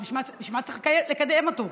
אז בשביל מה צריך לקדם אותו?